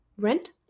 rent